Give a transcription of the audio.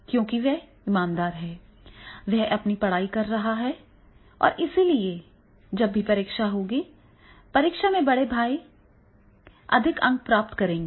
क्योंकि वह ईमानदार है वह अपनी पढ़ाई कर रहा है और इसलिए जब भी परीक्षा होगी परीक्षा में बड़े भाई अधिक अंक प्राप्त करेंगे